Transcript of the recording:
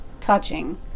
touching